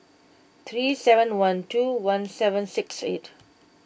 three seven one two one seven six eight